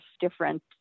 different